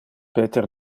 peter